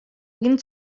egin